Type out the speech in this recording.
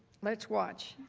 let's watch.